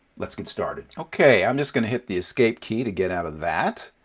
let's get started. okay, i'm just going to hit the escape key to get out of that.